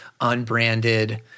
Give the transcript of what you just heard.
unbranded